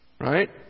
Right